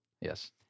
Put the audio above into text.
yes